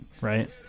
right